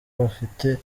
bafite